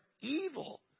evil